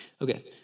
Okay